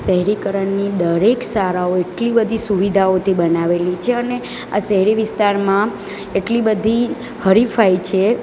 શહેરીકરણની દરેક શાળાઓ એટલી બધી સુવિધાઓથી બનાવેલી છે અને આ શહેરી વિસ્તારમાં એટલી બધી હરીફાઈ છે